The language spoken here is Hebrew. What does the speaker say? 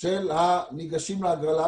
של הניגשים להגרלה.